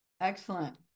Excellent